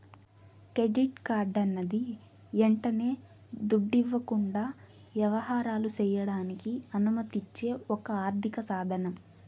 credit కార్డన్నది యంటనే దుడ్డివ్వకుండా యవహారాలు సెయ్యడానికి అనుమతిచ్చే ఒక ఆర్థిక సాదనం